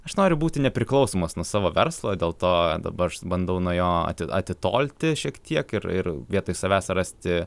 aš noriu būti nepriklausomas nuo savo verslo dėl to dabarš bandau nuo jo atitolti šiek tiek ir ir vietoj savęs rasti